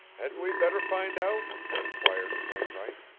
hadn't we better find out? inquired wainwright.